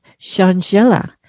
shangela